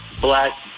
black